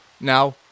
Now